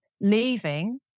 leaving